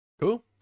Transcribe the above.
cool